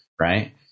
right